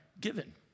given